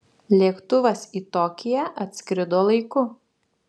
lėktuvas į tokiją atskrido laiku